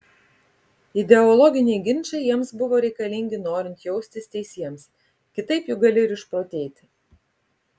ideologiniai ginčai jiems buvo reikalingi norint jaustis teisiems kitaip juk gali ir išprotėti